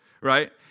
right